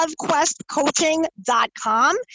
lovequestcoaching.com